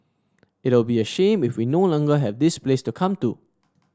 it'll be a shame if we no longer have this place to come to